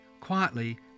quietly